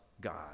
God